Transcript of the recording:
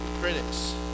critics